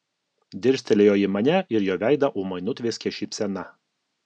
dirstelėjo į mane ir jo veidą ūmai nutvieskė šypsena